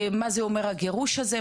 מה זה אומר הגירוש הזה?